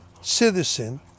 citizen